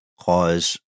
cause